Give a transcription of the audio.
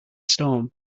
storm